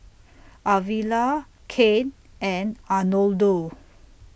Arvilla Cain and Arnoldo